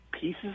pieces